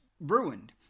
ruined